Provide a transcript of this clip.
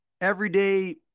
everyday